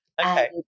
Okay